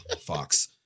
Fox